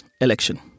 election